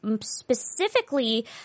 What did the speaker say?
specifically